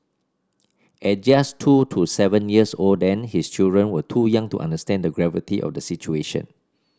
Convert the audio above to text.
at just two to seven years old then his children were too young to understand the gravity of the situation